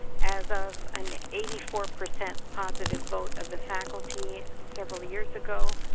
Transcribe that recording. as of an eighty four percent positive vote of the faculty several years ago,